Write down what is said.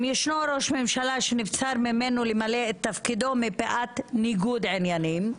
אם ישנו ראש ממשלה שנבצר ממנו למלא את תפקידו מפאת ניגוד עניינים,